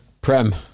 Prem